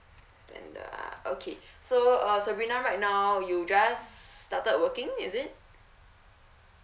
standard ah okay so uh sabrina right now you just started working is it